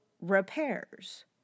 repairs